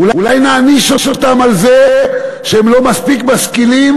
אולי נעניש אותם על זה שהם לא מספיק משכילים